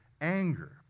anger